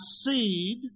seed